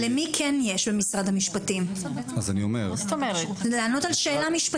למי כן יש במשרד המשפטים לענות על השאלה?